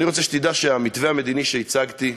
אני רוצה שתדע שהמתווה המדיני שהצגתי,